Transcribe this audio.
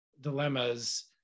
dilemmas